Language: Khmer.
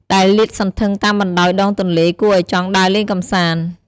ដែលលាតសន្ធឹង តាមបណ្តោយដងទន្លេ គួរឲ្យចង់ដើរលេងកំសាន្ត។